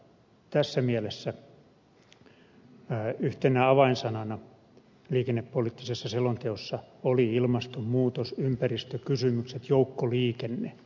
tässä mielessä yhtenä avainsanana liikennepoliittisessa selonteossa oli ilmastonmuutos ympäristökysymykset joukkoliikenne